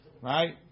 right